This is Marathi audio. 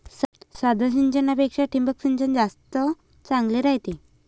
साध्या सिंचनापेक्षा ठिबक सिंचन जास्त चांगले रायते